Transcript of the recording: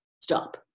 stop